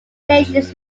stations